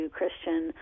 Christian